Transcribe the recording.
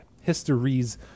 Histories